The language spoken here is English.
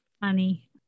funny